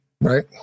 right